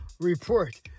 report